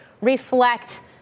reflect